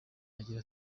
agira